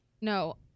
No